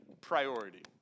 Priority